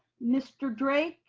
mr. drake,